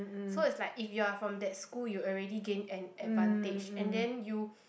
so it's like if you are from that school you already gain an advantage and then you